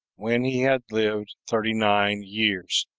when he had lived thirty-nine years,